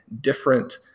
different